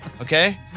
Okay